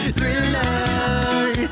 Thriller